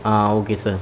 ah okay sir